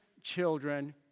children